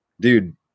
dude